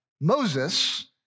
Moses